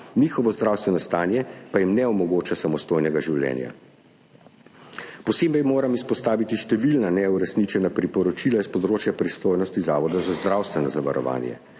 njihovo zdravstveno stanje pa jim ne omogoča samostojnega življenja. Posebej moram izpostaviti številna neuresničena priporočila s področja pristojnosti Zavoda za zdravstveno zavarovanje.